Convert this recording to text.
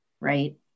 right